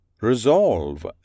Resolve